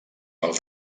pel